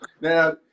now